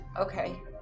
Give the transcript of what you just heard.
Okay